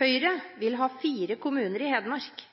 Høyre vil ha fire kommuner i Hedmark.